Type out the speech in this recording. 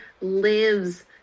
lives